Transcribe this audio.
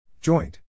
Joint